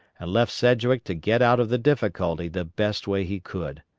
and left sedgwick to get out of the difficulty the best way he could.